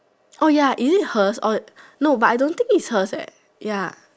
oh ya is it hers or but no I don't think is hers eh ya